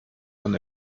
von